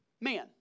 man